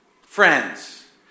friends